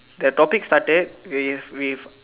the topic started with with